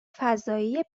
فضایی